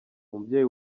umubyeyi